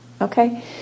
Okay